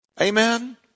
Amen